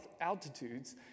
altitudes